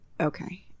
okay